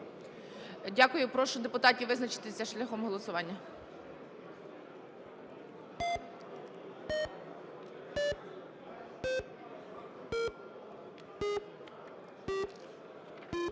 Дякую. Прошу депутатів визначитися шляхом голосування.